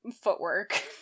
footwork